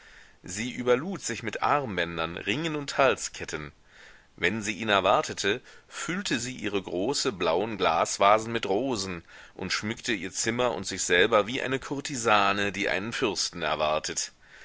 sie überlud sich mit armbändern ringen und halsketten wenn sie ihn erwartete füllte sie ihre großen blauen glasvasen mit rosen und schmückte ihr zimmer und sich selber wie eine kurtisane die einen fürsten erwartet